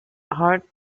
heart